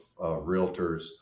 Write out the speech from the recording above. realtors